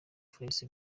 forex